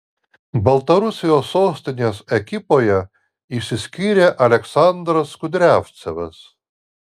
baltarusijos sostinės ekipoje išsiskyrė aleksandras kudriavcevas